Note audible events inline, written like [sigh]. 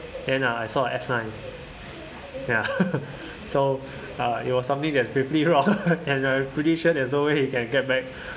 and I saw a F nine ya [laughs] so uh it was something that's pretty wrong [laughs] and I'm pretty sure that's no way you can get back